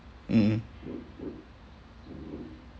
mm mm